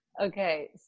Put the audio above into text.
Okay